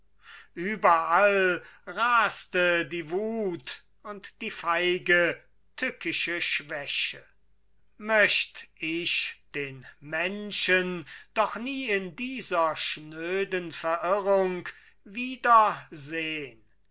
überall raste die wut und die feige tückische schwäche möcht ich den menschen doch nie in dieser schnöden verirrung wieder sehn